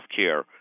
healthcare